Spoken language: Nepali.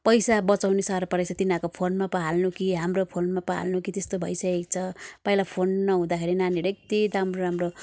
पैसा बचाउनै साह्रो परेको छ तिनीहरूको फोनमा पो हाल्नु कि हाम्रो फोनमा पो हाल्नु कि त्यस्तो भइसकेको छ पहिला फोन नहुँदाखेरि नानीहरू यति राम्रो राम्रो